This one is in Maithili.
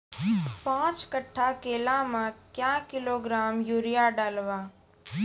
पाँच कट्ठा केला मे क्या किलोग्राम यूरिया डलवा?